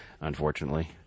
Unfortunately